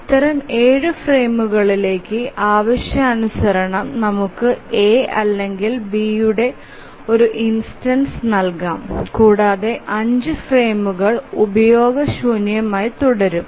അത്തരം 7 ഫ്രെയിമുകളിലേക്ക് ആവശ്യാനുസരണം നമുക്ക് A അല്ലെങ്കിൽ B യുടെ ഒരു ഉദാഹരണം നൽകാം കൂടാതെ 5 ഫ്രെയിമുകൾ ഉപയോഗശൂന്യമായി തുടരും